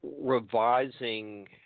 revising